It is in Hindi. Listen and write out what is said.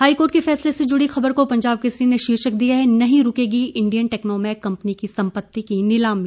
हाईकोर्ट के फैसले से जुड़ी खबर को पजाब केसरी ने शीर्षक दिया है नहीं रूकेगी इंडियन टैक्नोमैक कंपनी की संपत्ति की नीलामी